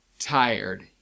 Tired